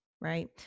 Right